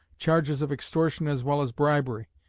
charges of extortion as well as bribery,